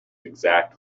exact